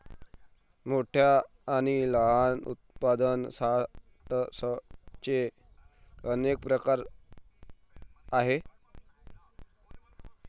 मोठ्या आणि लहान उत्पादन सॉर्टर्सचे अनेक प्रकार आहेत